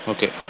Okay